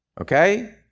Okay